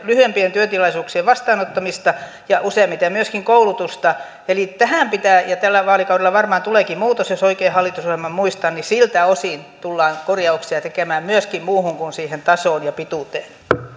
lyhyempien työtilaisuuksien vastaanottamista eikä useimmiten myöskään koulutusta eli tähän pitää tulla ja tällä vaalikaudella varmaan tuleekin muutos jos oikein hallitusohjelman muistan niin siltä osin tullaan korjauksia tekemään myöskin muuhun kuin siihen tasoon ja pituuteen